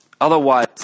Otherwise